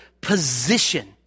position